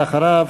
ואחריו,